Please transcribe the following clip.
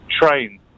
train